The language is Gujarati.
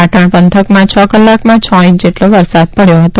પાટણ પંથકમાં છ કલાકમાં છ ઇંચ જેટલો વરસાદ પડ્યો હતો